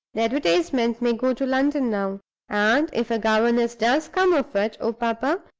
the advertisement may go to london now and, if a governess does come of it, oh, papa,